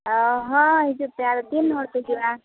ᱚᱻ ᱦᱳᱭ ᱦᱤᱡᱩᱜᱯᱮ ᱟᱫᱚ ᱛᱤᱱᱦᱚᱲᱯᱮ ᱦᱤᱡᱩᱜᱼᱟ